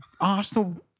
Arsenal